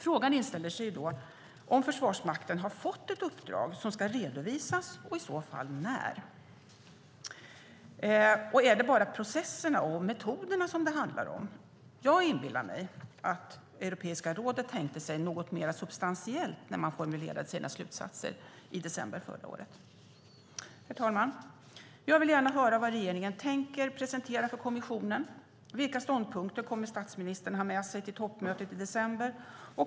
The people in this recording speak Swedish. Frågan inställer sig då om Försvarsmakten har fått ett uppdrag som ska redovisas och i så fall när. Och är det bara processerna och metoderna som det handlar om? Jag inbillar mig att Europeiska rådet tänkte sig något mer substantiellt när man formulerade sina slutsatser i december förra året. Herr talman! Jag vill gärna höra vad regeringen tänker presentera för kommissionen. Vilka ståndpunkter kommer statsministern att ha med sig till toppmötet i december?